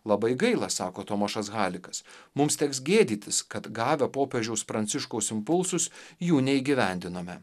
labai gaila sako tomašas halikas mums teks gėdytis kad gavę popiežiaus pranciškaus impulsus jų neįgyvendinome